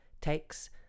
takes